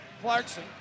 Clarkson